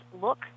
look